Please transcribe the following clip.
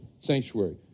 sanctuary